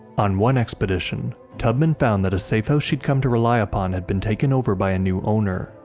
on one expedition, tubman found that a safehouse she'd come to rely upon had been taken over by a new owner,